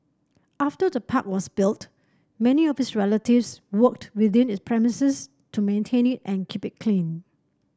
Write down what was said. after the park was built many of his relatives worked within its premises to maintain it and keep it clean